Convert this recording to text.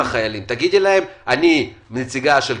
כפי שאמרתי,